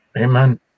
Amen